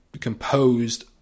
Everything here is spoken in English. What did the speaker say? composed